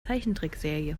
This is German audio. zeichentrickserie